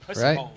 Right